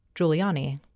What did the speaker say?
Giuliani